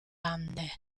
ande